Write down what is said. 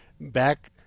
back